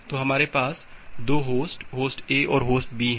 तो हमारे पास 2 होस्ट होस्ट ए और होस्ट बी हैं